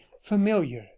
familiar